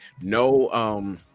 No